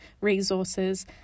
resources